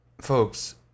Folks